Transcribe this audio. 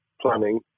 planning